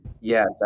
Yes